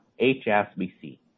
HSBC